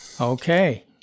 Okay